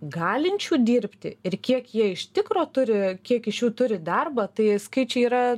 galinčių dirbti ir kiek jie iš tikro turi kiek iš jų turi darbą tai skaičiai yra